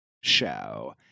show